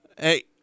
Hey